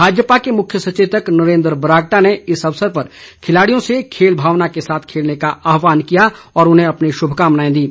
भाजपा के मुख्य सचेतक नरेन्द्र बरागटा ने इस अवसर पर खिलाड़ियों से खेल भावना के साथ खेलने का आहवान किया और उन्हें अपनी शुभकामनाएं दीं